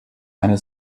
eine